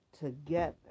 together